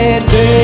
day